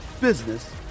business